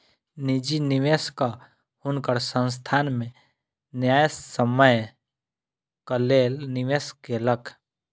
निजी निवेशक हुनकर संस्थान में न्यायसम्यक लेल निवेश केलक